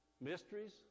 mysteries